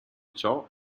ciò